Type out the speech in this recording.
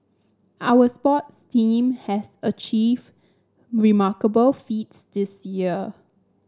our sports team has achieved remarkable feats this year